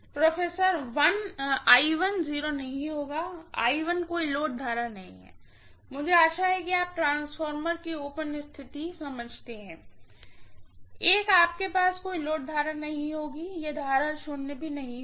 professor नहीं होगा कोई लोड करंट नहीं है मुझे आशा है कि आप ट्रांसफार्मर की ओपेन सर्किट स्थिति समझते हैं एक आपके पास कोई लोड करंट नहीं होगी यह करंट शुन्य भी नहीं होगी